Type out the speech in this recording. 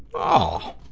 oh!